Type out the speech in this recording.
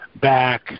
back